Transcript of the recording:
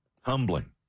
Humbling